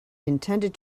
intended